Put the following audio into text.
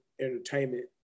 Entertainment